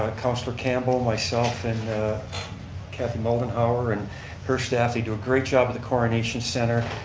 ah councillor campbell, myself, and kathy moldenhauer and her staff, they do a great job at the coronation center.